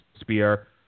spear